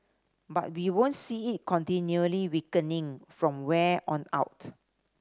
but we won't see it continually weakening from where on out